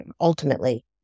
ultimately